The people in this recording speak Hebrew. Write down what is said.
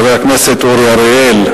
חבר הכנסת אורי אריאל,